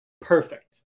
perfect